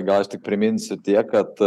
gal aš tik priminsiu tiek kad